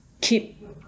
keep